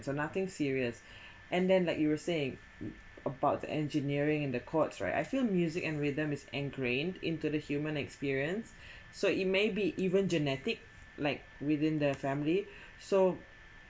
so nothing serious and then like you were saying about the engineering in the chords right I feel music and rhythm is ingrained into the human experience so it may be even genetic like within the family so